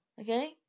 Okay